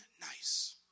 nice